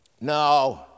No